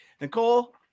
Nicole